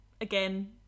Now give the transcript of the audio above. again